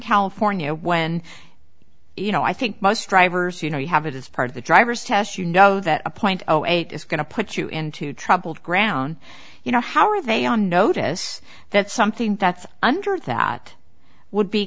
california when you know i think bus drivers you know you have it as part of the driver's test you know that a point zero eight is going to put you into troubled ground you know how are they on notice that something that's under that would be